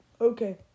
Okay